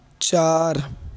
چار